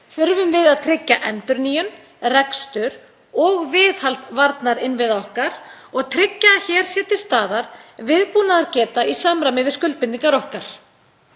þurfum við að tryggja endurnýjun, rekstur og viðhald varnarinnviða okkar og tryggja að hér sé til staðar viðbúnaðargeta í samræmi við skuldbindingar okkar.